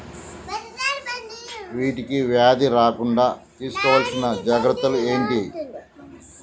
వీటికి వ్యాధి రాకుండా తీసుకోవాల్సిన జాగ్రత్తలు ఏంటియి?